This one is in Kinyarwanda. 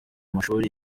mashuri